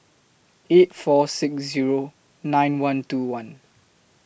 eight four six Zero nine one two one